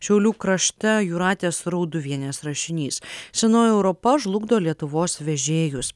šiaulių krašte jūratės rauduvienės rašinys senoji europa žlugdo lietuvos vežėjus